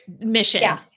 mission